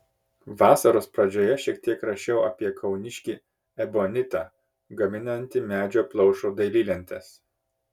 vasaros pradžioje šiek tiek rašiau apie kauniškį ebonitą gaminantį medžio plaušo dailylentes